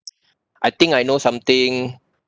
I think I know something